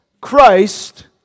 Christ